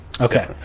okay